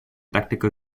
tactical